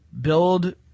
build